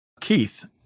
Keith